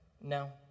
No